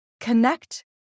connect